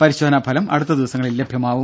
പരിശോധനാഫലം അടുത്ത ദിവസങ്ങളിൽ ലഭ്യമാവും